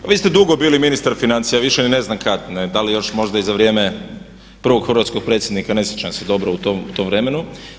Pa vi ste dugo bili ministar financija, pa više ni ne znam kada, da li još možda i za vrijeme prvog hrvatskog predsjednika, ne sjećam se dobro u tom vremenu.